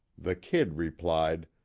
the kid replied